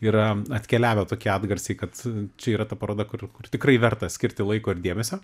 yra atkeliavę tokie atgarsiai kad čia yra ta paroda kur kur tikrai verta skirti laiko ir dėmesio